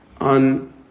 on